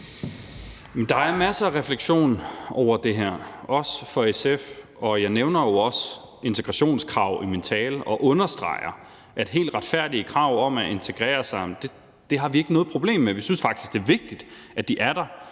der er masser af refleksion over det her, også for SF. Jeg nævner jo også integrationskrav i min tale og understreger, at helt retfærdige krav om at integrere sig har vi ikke noget problem med. Vi synes faktisk, det er vigtigt, at de er der.